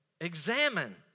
examine